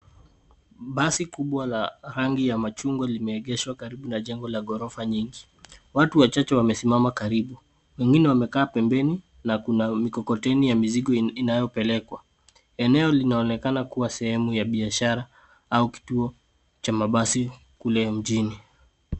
Basi kubwa la rangi ya machungwa limeegeshwa karibu na jengo la ghorofa nyingi. Watu wachache wamesimama karibu. Wengine wamekaa pembeni na kuna mikokoteni ya mizigo inayopelekwa. Eneo linaonekana kuwa sehemu ya biashara au kituo cha mabasi kule mjini.